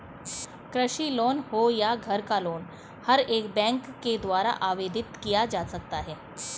कृषि लोन हो या घर का लोन हर एक बैंक के द्वारा आवेदित किया जा सकता है